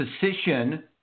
position